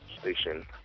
station